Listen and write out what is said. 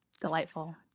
Delightful